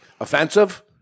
Offensive